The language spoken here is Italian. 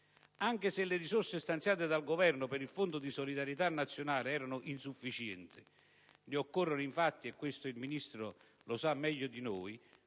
anche se le risorse stanziate dal Governo per il Fondo di solidarietà nazionale erano insufficienti: occorrono infatti - questo il Ministro lo sa meglio di noi